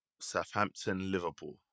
Southampton-Liverpool